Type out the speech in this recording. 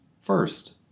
first